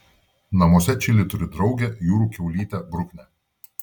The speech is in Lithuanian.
namuose čili turi draugę jūrų kiaulytę bruknę